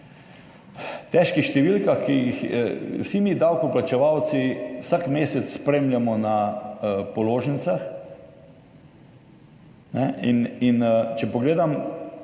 težkih številkah, ki jih vsi mi davkoplačevalci vsak mesec spremljamo na položnicah. In če pogledam